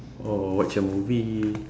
or watch a movie